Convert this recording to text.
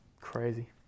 crazy